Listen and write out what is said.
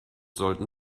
sollten